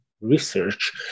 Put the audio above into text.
research